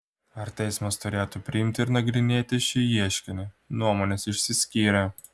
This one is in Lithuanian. ar teismas turėtų priimti ir nagrinėti šį ieškinį nuomonės išsiskyrė